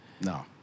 No